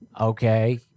okay